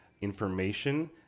information